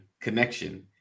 connection